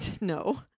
No